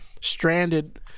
stranded